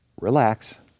Relax